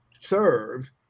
serve